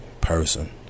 person